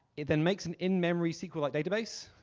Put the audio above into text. it then makes an in memory sqlite like database.